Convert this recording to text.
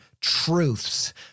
truths